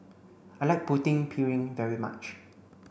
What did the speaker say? I like Putu Piring very much